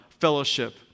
fellowship